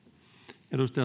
arvoisa